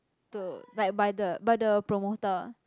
to like by the by the promoter